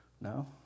No